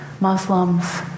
Muslims